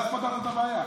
ואז פתרת את הבעיה.